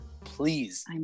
please